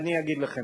אני אגיד לכם,